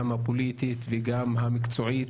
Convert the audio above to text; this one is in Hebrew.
גם הפוליטית וגם המקצועית,